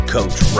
Coach